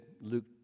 Luke